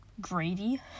gravy